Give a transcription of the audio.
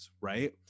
right